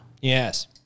Yes